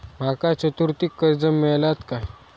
माका चतुर्थीक कर्ज मेळात काय?